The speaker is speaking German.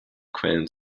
quellen